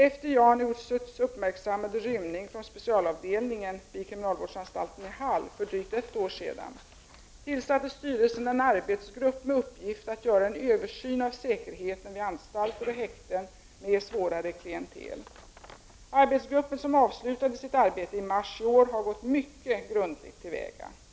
Efter Ioan Ursuts uppmärksammade rymning från specialavdelningen vid kriminalvårdsanstalten Hall för drygt ett år sedan tillsatte styrelsen en arbetsgrupp med uppgift att göra en översyn av säkerheten vid anstalter och häkten med svårare klientel. Arbetsgruppen, som avslutade sitt arbete i mars i år, har gått mycket grundligt till väga.